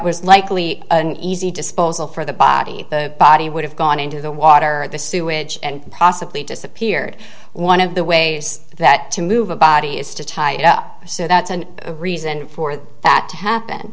was likely an easy disposal for the body the body would have gone into the water or the sewage and possibly disappeared one of the ways that to move a body is to tie it up so that's a reason for that to happen